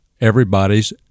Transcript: everybody's